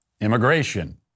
Immigration